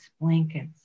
blankets